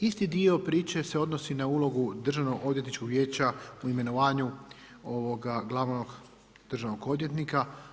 Isti dio priče se odnosi na ulogu Državnoodvjetničkog vijeća o imenovanju glavnog državnog odvjetnika.